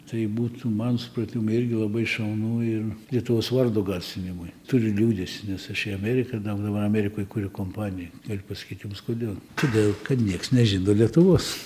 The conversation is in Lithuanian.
tai būtų mano supratimu irgi labai šaunu ir lietuvos vardo garsinimui turiu liūdesį nes aš į ameriką daug dabar amerikoj kuriu kompaniją galiu pasakyt jums kodėl todėl kad nieks nežino lietuvos